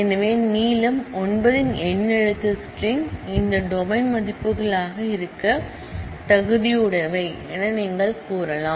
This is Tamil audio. எனவே லெங்த் 9 இன் எண்ணெழுத்து ஸ்ட்ரிங் இந்த டொமைன் மதிப்புகளாக இருக்க தகுதியுடையவை என்று நீங்கள் கூறலாம்